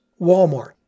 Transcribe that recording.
Walmart